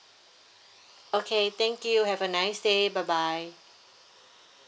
okay thank you have a nice day bye bye